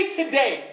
today